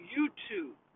YouTube